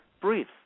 breathe